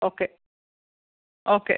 okay okay